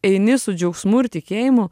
eini su džiaugsmu ir tikėjimu